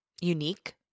unique